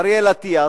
אריאל אטיאס,